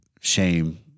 shame